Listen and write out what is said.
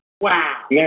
Wow